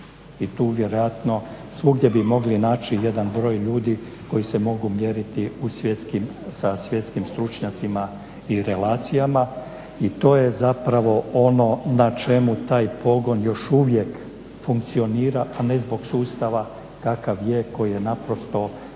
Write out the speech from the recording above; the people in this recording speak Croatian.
i tu vjerojatno svugdje bi mogli naći jedan broj ljudi koji se mogu mjeriti sa svjetskim stručnjacima i relacijama i to je zapravo ono na čemu taj pogon još uvijek funkcionira a ne zbog sustava kakav je, koji je naprosto, koji